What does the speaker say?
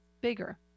bigger